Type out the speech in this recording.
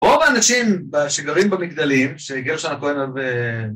רוב האנשים שגרים במגדלים שגרשנו קודם